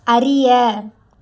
அறிய